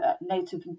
Native